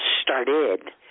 started